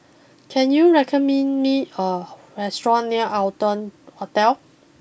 can you recommend me a restaurant near Arton Hotel